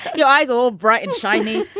your eyes all bright and shiny.